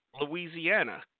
Louisiana